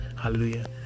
Hallelujah